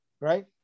Right